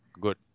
Good